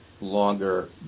longer